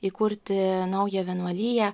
įkurti naują vienuoliją